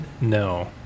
No